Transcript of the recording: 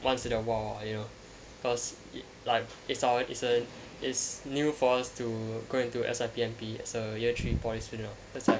once in a while you know cause it life it's ours is a it's new for us to go into S_I_P M_P as a year three poly student cause like